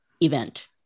event